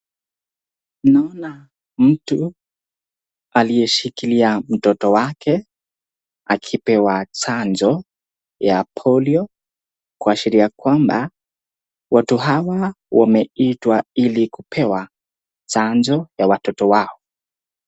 Ninaona mtu aliye shikilia mtoto wake akipewa chanjo ya polio, kuashiria kwamba watu hawa wameitwa ili kupewa chanjo ya watoto wao.